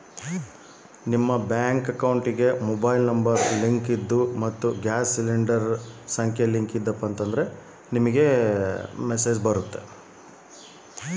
Gas cylinder ದುಡ್ಡು ಬಂದಿದೆ ಅಥವಾ ಇಲ್ಲ ಹೇಗೆ ತಿಳಿಯುತ್ತದೆ?